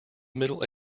middle